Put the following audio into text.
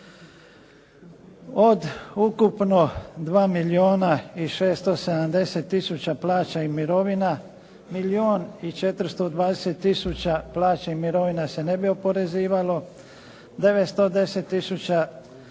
Od ukupno 2 milijuna i 670 tisuća plaća i mirovina milijun 420 tisuća plaća i mirovina se ne bi oporezivalo, 910 tisuća